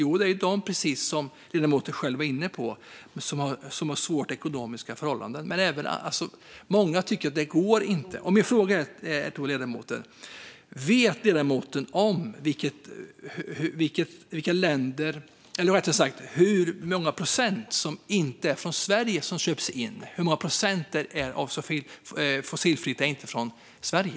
Jo, som ledamoten själv var inne på är det de som lever under svåra ekonomiska förhållanden. Men många tycker ju att det inte går. Min fråga till ledamoten är: Vet ledamoten hur många procent av det fossilfria som köps in som inte är från Sverige?